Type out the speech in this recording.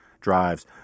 drives